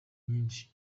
nyishi